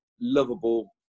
lovable